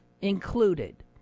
included